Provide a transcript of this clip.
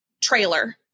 trailer